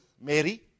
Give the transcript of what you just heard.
Mary